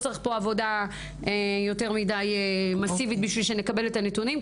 לא צריך פה עבודה יותר מדי מסיבית בשביל שנקבל את הנתונים.